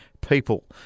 people